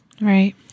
Right